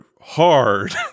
hard